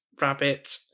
rabbit